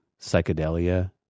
psychedelia